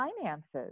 finances